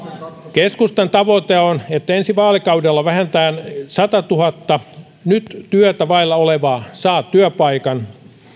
keskustan tavoite on että ensi vaalikaudella vähintään satatuhatta nyt työtä vailla olevaa saa työpaikan